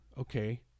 okay